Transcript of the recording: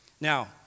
Now